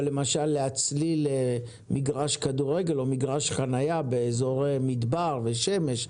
למשל להציל מגרש כדורגל או מגרש חניה באזור מדבר ושמש,